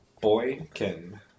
Boykin